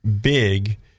big